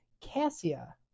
cassia